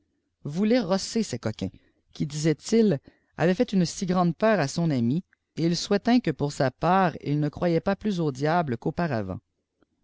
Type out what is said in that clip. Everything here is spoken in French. voulait rosser ces coqmins qui disait-il avaient fait une si grande peur à son ami eft il soutint que pour sa part il ne croyait pas plus au diable